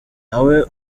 nawe